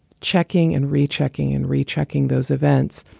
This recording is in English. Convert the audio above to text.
checking and rechecking and rechecking those events.